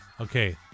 Okay